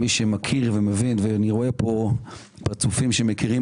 מי שמכיר ואני רואה פה פרצופים שמכירים